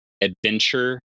adventure